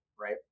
right